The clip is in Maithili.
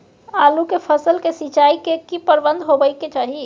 आलू के फसल के सिंचाई के की प्रबंध होबय के चाही?